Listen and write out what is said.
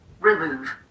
remove